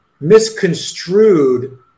misconstrued